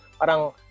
parang